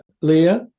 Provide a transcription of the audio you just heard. Leah